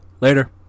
Later